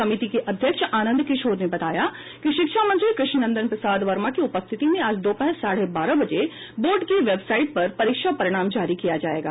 समिति के अध्यक्ष आनंद किशोर ने बताया कि शिक्षा मंत्री कृष्ण नंदन प्रसाद वर्मा के उपस्थिति में आज दोपहर साढ़े बारह बजे बोर्ड की वेबसाइट पर परीक्षा परिणाम जारी किया जायेगा